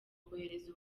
kohereza